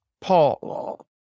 Paul